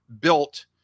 built